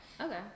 Okay